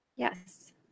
Yes